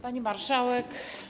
Pani Marszałek!